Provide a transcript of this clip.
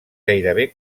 gairebé